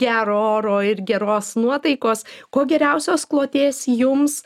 gero oro ir geros nuotaikos kuo geriausios kloties jums